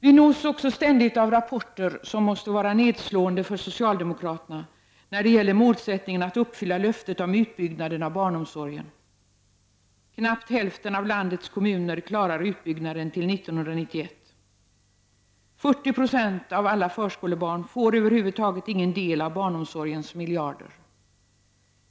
Vi nås också ständigt av rapporter som måste vara nedslående för socialdemokraterna när det gäller målsättningen att uppfylla löftet om utbyggnaden av barnomsorgen. Knappt hälften av landets kommuner klarar utbygg naden till 1991. 40 96 av alla förskolebarn får över huvud taget ingen del av barnomsorgens miljarder.